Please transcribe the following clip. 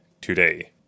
today